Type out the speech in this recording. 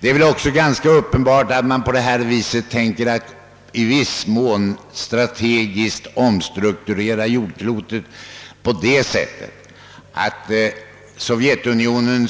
Det är också uppenbart att man tänker sig att på det sättet i viss mån strategiskt omstrukturera jordklotet, så att Sovjetunionen